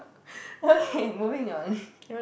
okay moving on